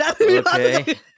okay